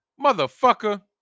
Motherfucker